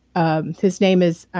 um his name is.